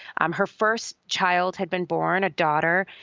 um her first child had been born, a daughter,